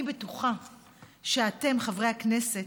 אני בטוחה שאתם, חברי הכנסת,